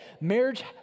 marriage